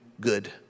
good